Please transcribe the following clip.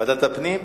ועדת הפנים.